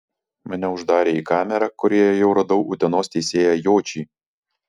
mane uždarė į kamerą kurioje jau radau utenos teisėją jočį